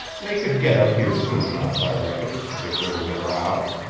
they could git up here soon enough, i reckon, if there was a row.